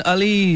Ali